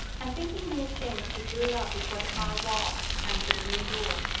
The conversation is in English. and thinking these things, he drew up before the high wall and the green door,